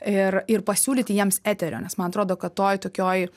ir ir pasiūlyti jiems eterio nes man atrodo kad toj tokioj